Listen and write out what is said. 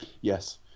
yes